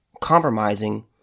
compromising